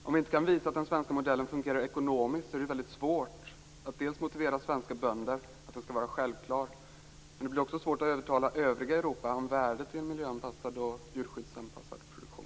Om vi inte kan visa att den svenska modellen fungerar ekonomiskt är det väldigt svårt att motivera svenska bönder att tycka att den är självklar. Det blir också svårt att övertala övriga Europa om värdet i en miljöanpassad och djurskyddsanpassad produktion.